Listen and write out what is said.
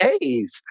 A's